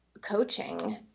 coaching